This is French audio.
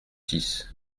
six